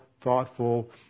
thoughtful